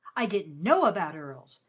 i didn't know about earls,